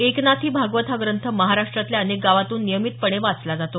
एकनाथी भागवत हा ग्रंथ महाराष्ट्रातल्या अनेक गावातून नियमितपणे वाचला जातो